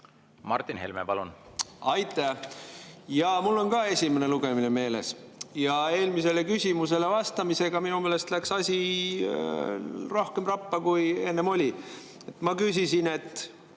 ja põllumajandusel on. Aitäh! Jaa, mul on ka esimene lugemine meeles. Aga eelmisele küsimusele vastamisega minu meelest läks asi rohkem rappa, kui enne oli. Ma küsisin